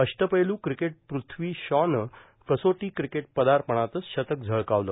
अष्टपैलू क्रिकेटपटू पृथ्वी शॉनं कसोटी क्रिकेट पदार्पणातच शतक झळ्कावलं